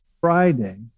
Friday